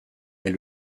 est